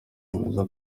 yemeza